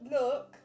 Look